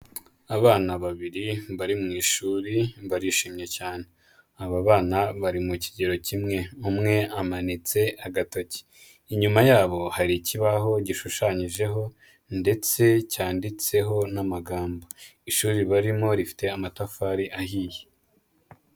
Abana babiri bari mu ishuri barishimye cyane, aba bana bari mu kigero kimwe, umwe amanitse agatoki. Inyuma yabo hari ikibaho gishushanyijeho ndetse cyanditseho n'amagambo, ishuri barimo rifite amatafari ahiye.